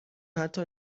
حتی